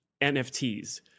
NFTs